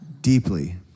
deeply